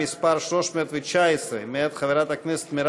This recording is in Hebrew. יש לממשלת ישראל אחריות אחת, ובאמת אחת